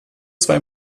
zwei